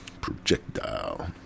projectile